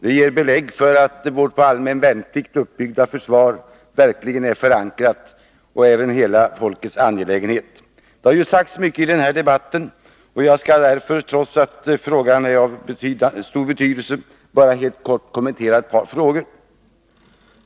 Det ger belägg för att vårt på allmän värnplikt uppbyggda försvar verkligen är förankrat och är en hela folkets angelägenhet. Mycket har ju sagts i den här debatten, och jag skall därför, trots att ämnet är av stor betydelse, bara helt kort kommentera ett par frågor.